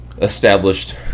established